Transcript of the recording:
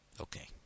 Okay